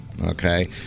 Okay